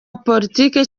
politiki